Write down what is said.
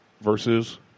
versus